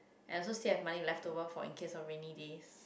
and also still have money leftover for in case of rainy days